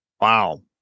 Wow